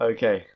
Okay